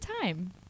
time